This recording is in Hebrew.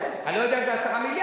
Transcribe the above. אני לא יודע אם זה 10 מיליארד,